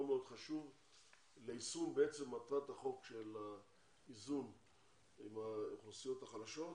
מאוד חשוב ליישום מטרת החוק של האיזון של האוכלוסיות החלשות.